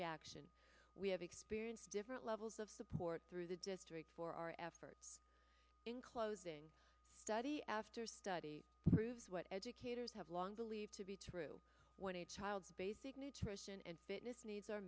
reaction we have experienced different levels of support through the district for our efforts in closing study after study proves what educators have long believed to be true when a child basic nutrition and fitness needs are